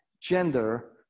gender